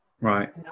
Right